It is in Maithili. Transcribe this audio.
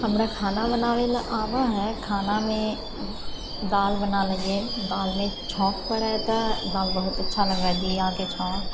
हमरा खाना बनाबऽ लए आबऽ हैय खानामे दालि बना लै हियै दालिमे छौङ्क पड़ै तऽ बहुत अच्छा लागै जीराके छौङ्क